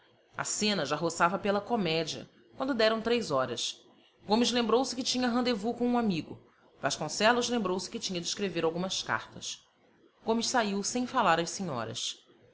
a cena já roçava pela comédia quando deram três horas gomes lembrou-se que tinha rendezvous com um amigo vasconcelos lembrou-se que tinha de escrever algumas cartas gomes saiu sem falar às senhoras